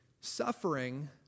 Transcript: Suffering